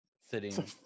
sitting